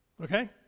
Okay